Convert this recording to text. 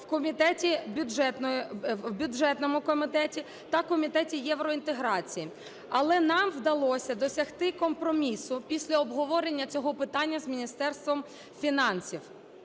в бюджетному комітеті та Комітеті євроінтеграції. Але нам вдалося досягти компромісу після обговорення цього питання з Міністерством фінансів.